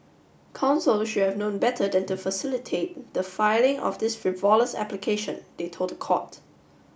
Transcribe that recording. counsel should have known better than to facility the filing of this frivolous application they told the court